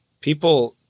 people